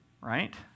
Right